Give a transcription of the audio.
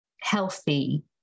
healthy